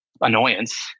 annoyance